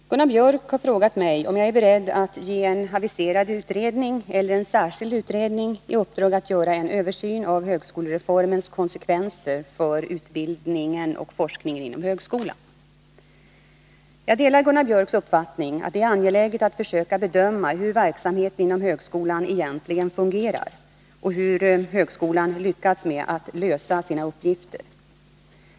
Herr talman! Gunnar Biörck i Värmdö har frågat mig om jag är beredd att ge ef aviserad utredning — eller en särskild utredning — i uppdrag att göra en översyn av högskolereformens konsekvenser för utbildningen och forskningen inom högskolan. Jag delar Gunnar Biörcks uppfattning att det är angeläget att försöka bedöma hur verksamheten inom högskolan ”egentligen fungerar” och hur högskolan lyckas med att lösa sina uppgifter.